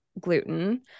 gluten